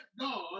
God